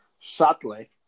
sadly